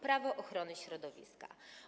Prawo ochrony środowiska.